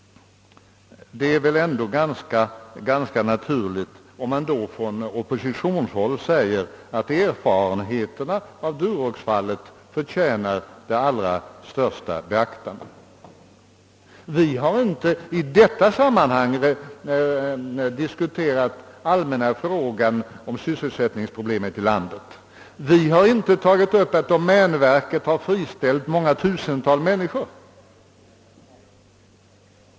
Det är väl ändå ganska naturligt, om man då från oppositionshåll säger att erfarenheterna från Duroxfallet förtjänar det allra största beaktande. Vi har inte i detta sammanhang diskuterat den allmänna frågan cm sysselsättningsproblemet i landet. Vi har inte tagit upp att domänverket har friställt tusentals människor.